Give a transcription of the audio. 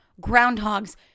groundhog's